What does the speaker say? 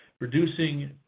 reducing